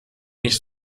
nicht